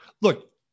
Look